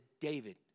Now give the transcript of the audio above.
David